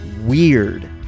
weird